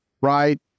right